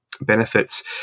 benefits